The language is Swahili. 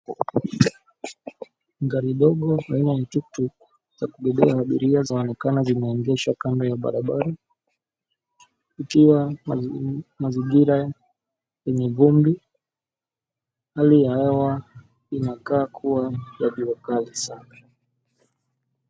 Gari dogo aina ya tuktuk za kubebea abiria zaonekana zimeegeshwa kando ya barabara ikiwa mazingira yenye umri. Hali ya hewa inakaa kuwa ya jua kali sana.